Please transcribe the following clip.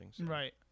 right